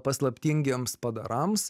paslaptingiems padarams